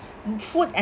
food and